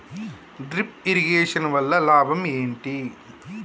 Drip irrigation వల్ల లాభం ఏంటి?